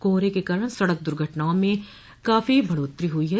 कोहरे के कारण सड़क दुर्घटनाओं में काफी बढ़ोत्तरी हुई है